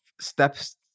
steps